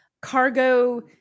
cargo